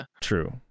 True